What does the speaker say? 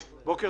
בוקר